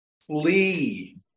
Flee